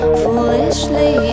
foolishly